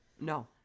No